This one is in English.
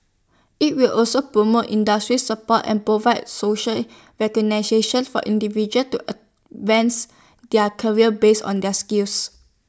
IT will also promote industry support and provide social for individuals to advance their careers based on their skills